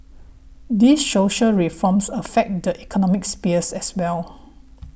these social reforms affect the economic sphere as well